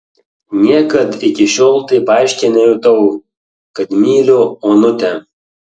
niekad iki šiol taip aiškiai nejutau kad myliu onutę